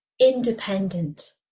independent